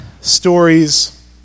stories